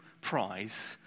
prize